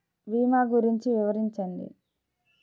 భీమా గురించి వివరించండి?